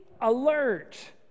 alert